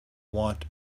want